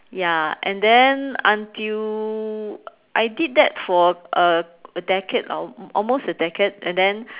ya and then until I did that for a a decade or or almost a decade and then